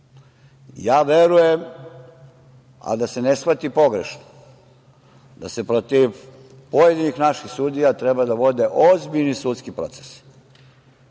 Verujem, a da se ne shvati pogrešno, da protiv pojedinih naših sudija treba da se vode ozbiljni sudski procesi